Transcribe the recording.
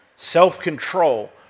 Self-control